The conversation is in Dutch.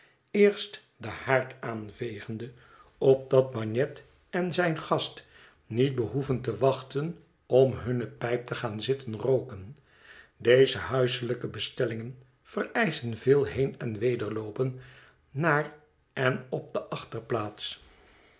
eerst den haard aanvegende opdat bagnet en zijn gast niet behoeven te wachten om hunne pijp te gaan zitten rooken deze huiselijke bestellingen vereischen veel heen en weder loopen naar en op de